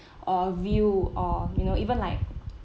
or view or you know even like